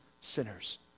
sinners